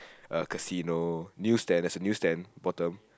uh casino newstand there's a new stand bottom